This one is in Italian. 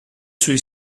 sui